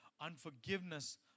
Unforgiveness